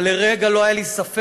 אבל לרגע לא היה לי ספק